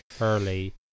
early